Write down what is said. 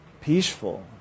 peaceful